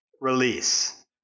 release